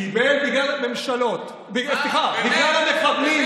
קיבל בגלל הממשלות, סליחה, בגלל המחבלים.